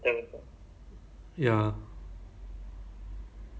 kat mana eh um